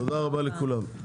תודה רבה לכולם.